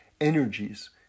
energies